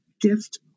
gift